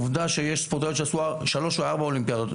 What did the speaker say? עובדה שיש בנות שהשתתפו בשלוש או ארבע אולימפיאדות.